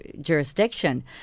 jurisdiction